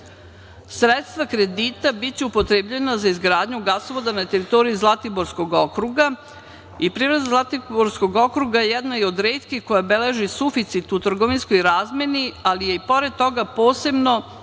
evra. Sredstva kredita biće upotrebljena za izgradnju gasovoda na teritoriji Zlatiborskog okruga i privreda Zlatiborskog okruga jedna je od retkih koja beleži suficit u trgovinskoj razmeni ali je i pored toga posebno